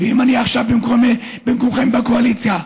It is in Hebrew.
ואם אני עכשיו במקומכם בקואליציה,